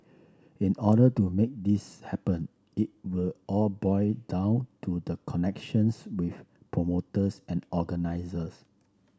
in order to make this happen it will all boil down to the connections with promoters and organisers